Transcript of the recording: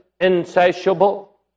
insatiable